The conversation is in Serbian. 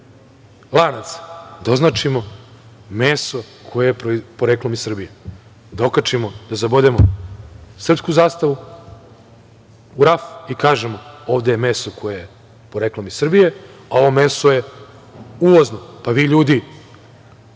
lanaca, da označimo meso koje je poreklom iz Srbije, da zabodemo srpsku zastavu u raf i kažemo – ovde je meso koje je poreklom iz Srbije, a, ovo meso je uvozno, pa vi ljudi,